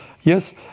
yes